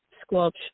squelch